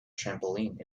trampoline